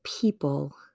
people